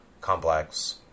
complex